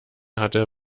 hatte